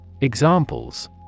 Examples